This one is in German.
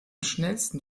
schnellsten